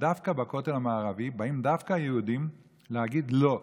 שדווקא בכותל המערבי באים היהודים להגיד: לא,